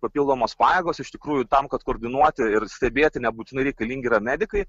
papildomos pajėgos iš tikrųjų tam kad koordinuoti ir stebėti nebūtinai reikalingi yra medikai